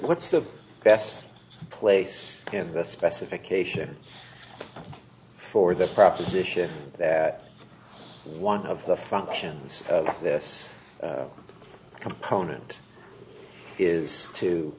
what's the best place and the specification for the proposition that one of the functions of this component is to